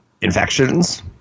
infections